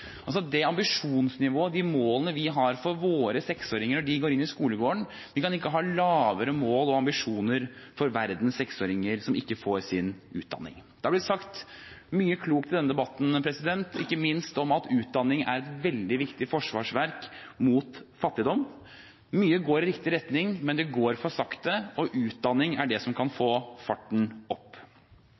det ambisjonsnivået, de målene vi har for våre seksåringer når de går inn i skolegården: Vi kan ikke ha lavere mål og ambisjoner for verdens seksåringer som ikke får sin utdanning. Det har blitt sagt mye klokt i denne debatten, ikke minst om at utdanning er et veldig viktig forsvarsverk mot fattigdom. Mye går i riktig retning, men det går for sakte, og utdanning er det som kan få farten opp.